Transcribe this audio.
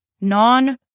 non